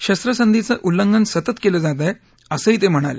शस्त्रसंधीचं उल्लंघन सतत केलं जात आहे असंही ते म्हणाले